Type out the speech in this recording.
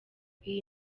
iyi